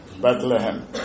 Bethlehem